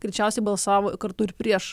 greičiausiai balsavo kartu ir prieš